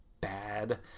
bad